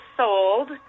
sold